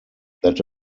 that